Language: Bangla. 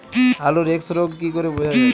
আলুর এক্সরোগ কি করে বোঝা যায়?